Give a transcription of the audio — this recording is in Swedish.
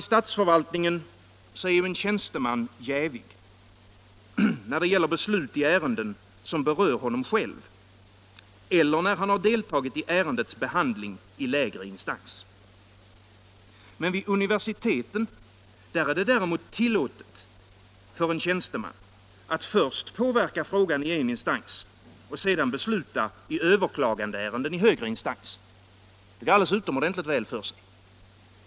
I statsförvaltningen är en tjänsteman jävig när det gäller beslut i ärenden som berör honom själv eller när han har deltagit i ärendets behandling i lägre instans. Vid universiteten är det däremot tillåtet för en tjänsteman att först påverka frågan i en instans och sedan besluta i överklagandeärende i högre instans. Det går alldeles utomordentligt väl för sig.